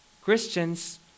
Christians